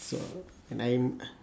so and I'm uh